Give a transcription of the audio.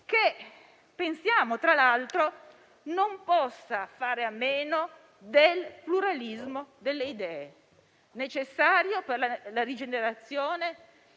che pensiamo, fra l'altro, non possa fare a meno del pluralismo delle idee necessario per la rigenerazione